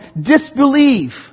disbelieve